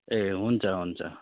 ए हुन्छ हुन्छ